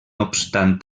obstant